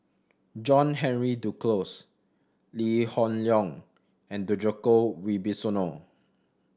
John Henry Duclos Lee Hoon Leong and Djoko Wibisono